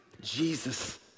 Jesus